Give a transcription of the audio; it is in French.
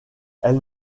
elle